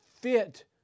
fit